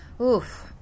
Oof